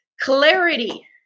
clarity